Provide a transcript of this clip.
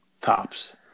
tops